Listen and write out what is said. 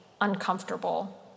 uncomfortable